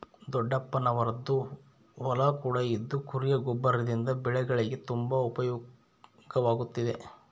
ದೊಡ್ಡಪ್ಪನವರದ್ದು ಹೊಲ ಕೂಡ ಇದ್ದು ಕುರಿಯ ಗೊಬ್ಬರದಿಂದ ಬೆಳೆಗಳಿಗೆ ತುಂಬಾ ಉಪಯೋಗವಾಗುತ್ತಿದೆ